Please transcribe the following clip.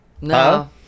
no